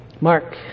Mark